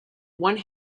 one